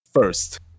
first